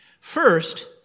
First